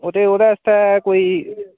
ओह्दे ओह्दे आस्तै कोई